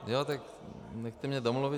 Jo, tak nechte mě domluvit...